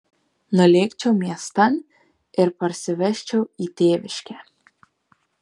nulėkčiau miestan ir parsivežčiau į tėviškę